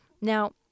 Now